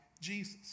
Jesus